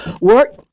work